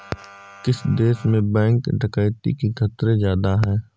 किस देश में बैंक डकैती के खतरे ज्यादा हैं?